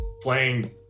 playing